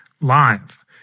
live